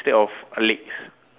instead of err legs